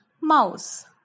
mouse